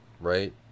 right